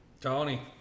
Tony